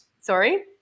Sorry